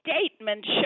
statement